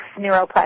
neuroplasticity